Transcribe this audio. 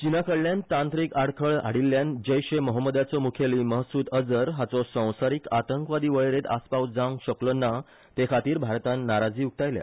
चीनाकडल्यान तांत्रीक आडखळ हाडिलल्यान जैश ए महोम्मदाचो मुखेली महसुद अजहर हाचो संसारीक आतंकवादी वळेरेत आसपाव जांवक शकलो ना ते खातीर भारतान नाराजी उक्तायल्या